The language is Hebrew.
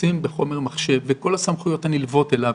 חיפושים בחומר מחשב וכל הסמכויות הנלוות אליו.